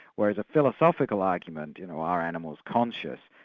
whereas a philosophical argument, you know, are animals conscious?